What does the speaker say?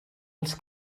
els